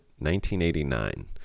1989